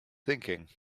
thinking